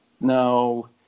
No